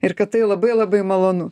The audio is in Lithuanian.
ir kad tai labai labai malonu